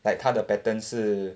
like 她的 pattern 是